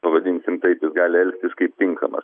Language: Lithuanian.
pavadinsim taip jis gali elgtis kaip tinkamas